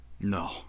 No